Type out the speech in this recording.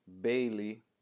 Bailey